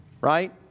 Right